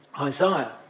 Isaiah